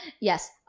yes